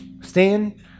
Stand